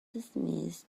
dismissed